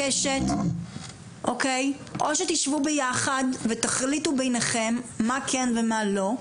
או שתשבו ביחד ותחליטו ביניכם מה כן ומה לא,